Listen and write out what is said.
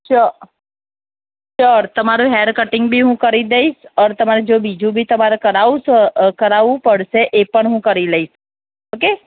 sure sure તમારું hair cutting બી હું કરી દઇશ ઓર તમારે જો બીજું બી તમારે કરાવવું સ કરાવવું પડશે એ પણ હું કરી લઇશ ઓકે